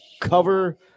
cover